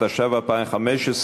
התשע"ו 2015,